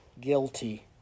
guilty